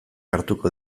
hartuko